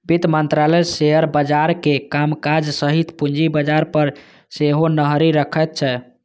वित्त मंत्रालय शेयर बाजारक कामकाज सहित पूंजी बाजार पर सेहो नजरि रखैत छै